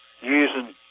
using